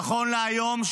ונכון להיום,